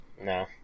No